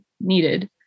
needed